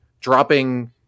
dropping